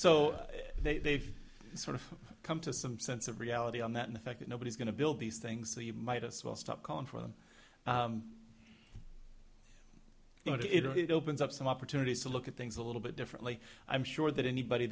so they they've sort of come to some sense of reality on that in the fact that nobody's going to build these things so you might as well stop calling for i'm going to open up some opportunities to look at things a little bit differently i'm sure that anybody